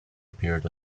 appeared